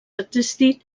existit